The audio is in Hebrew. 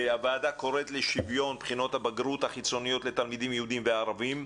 הוועדה קוראת לשוויון בחינות הבגרות החיצוניות לתלמידים יהודים וערבים.